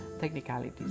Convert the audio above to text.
technicalities